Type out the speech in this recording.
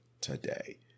today